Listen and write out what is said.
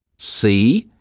see,